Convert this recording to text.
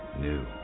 new